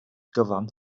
gyfan